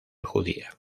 judía